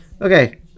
okay